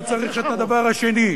הוא צריך את הדבר השני.